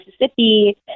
Mississippi